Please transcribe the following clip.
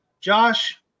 Josh